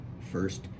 first